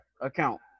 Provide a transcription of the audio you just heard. account